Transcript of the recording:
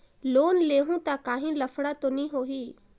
Loan लेहूं ता काहीं लफड़ा तो नी होहि?